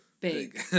big